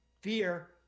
Fear